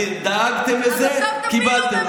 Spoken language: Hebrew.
אז תמשלו.